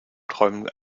träumen